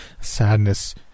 Sadness